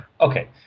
okay